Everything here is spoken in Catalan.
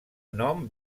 nom